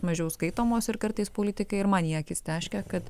mažiau skaitomos ir kartais politikai man į akis teškia kad